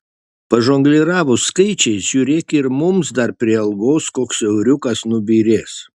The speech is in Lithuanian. pažongliravus skaičiais žiūrėk ir mums dar prie algos koks euriukas nubyrės